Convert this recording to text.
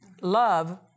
Love